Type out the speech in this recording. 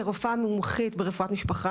כרופאה מומחית ברפואת משפחה,